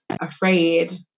afraid